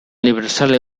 librezale